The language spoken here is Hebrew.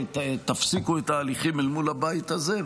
או תפסיקו את ההליכים אל מול הבית הזה.